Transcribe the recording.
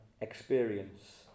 experience